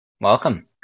Welcome